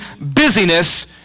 busyness